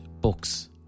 books